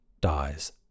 dies